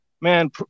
man